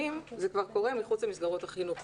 לפעמים זה כבר קורה מחוץ למסגרת החינוך